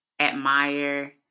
Admire